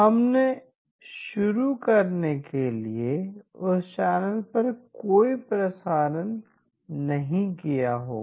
हमने शुरू करने के लिए उस चैनल पर कोई प्रसारण नहीं किया होगा